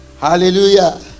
hallelujah